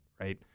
Right